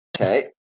Okay